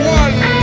one